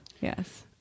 yes